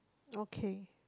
okay